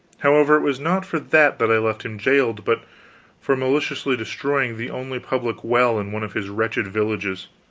however, it was not for that that i left him jailed, but for maliciously destroying the only public well in one of his wretched villages.